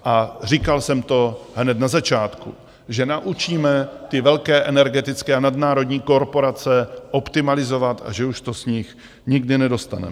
A říkal jsem to hned na začátku, že naučíme ty velké energetické a nadnárodní korporace optimalizovat a že už to z nich nikdy nedostaneme.